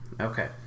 Okay